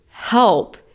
Help